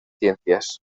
ciencias